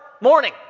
morning